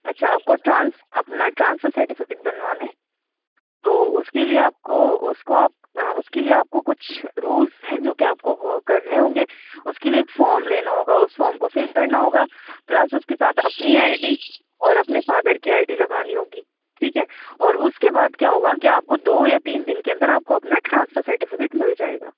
اچھا آپ کو ٹرانس اپنا ٹرانسفر سرٹیفیکیٹ بنوانے ہے تو اُس کے لیے آپ کو اُس کو آپ اُس کے لیے آپ کو کچھ رولس ہیں جو کہ آپ کو وہ کرنے ہوں گے اُس کے لیے ایک فام لینا ہوگا اُس فام کو فل کرنا ہوگا پلس اُس کے ساتھ اپنی آئی ڈی اور اپنے فادر کی آئی ڈی لگانی ہوگی ٹھیک ہے اور اُس کے بعد کیا ہوگا کہ آپ کو دو یا تین دِن کے اندر آپ کو اپنا ٹرانسفر سرٹیفیکیٹ مل جائے گا